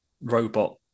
robot